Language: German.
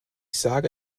sage